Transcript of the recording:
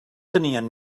tenien